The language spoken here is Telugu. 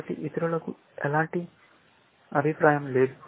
కాబట్టి ఇతరులకు ఎలాంటి అభిప్రాయం లేదు